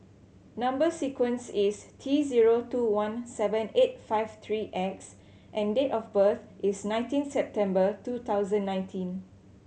number sequence is T zero two one seven eight five three X and date of birth is nineteen September two thousand nineteen